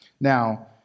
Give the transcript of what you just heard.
Now